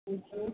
ہوں ہوں